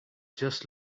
just